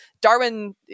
Darwin